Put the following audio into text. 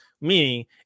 meaning